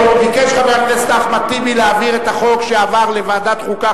ביקש חבר הכנסת אחמד טיבי להעביר את החוק שעבר לוועדת חוקה,